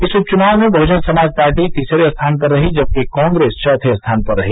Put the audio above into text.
इस उप चुनाव में बहुजन समाज पार्टी तीसरे स्थान पर रही जबकि कॉग्रेस चौथे स्थान पर रही